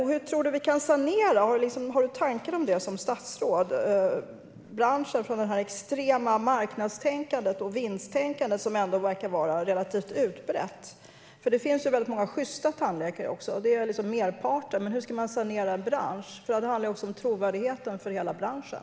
Hur tror statsrådet att branschen kan saneras från det extrema marknads och vinsttänkandet som ändå verkar vara relativt utbrett? Merparten av tandläkarna är sjysta, men hur ska branschen saneras? Det handlar om trovärdigheten för hela branschen.